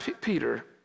Peter